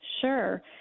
Sure